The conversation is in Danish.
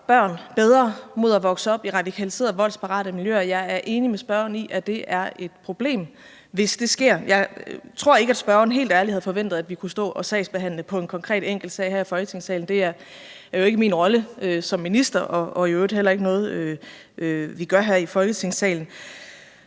sikre børn mod at vokse op i radikaliserede, voldsparate miljøer. Jeg er enig med spørgeren i, at det er et problem, hvis det sker. Jeg tror ikke, at spørgeren helt ærligt havde forventet, at vi kunne stå og sagsbehandle på en konkret enkeltsag her i Folketingssalen; det er jo ikke min rolle som minister og i øvrigt heller ikke noget, vi gør her i Folketingssalen.